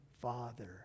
father